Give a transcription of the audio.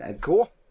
Cool